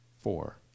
four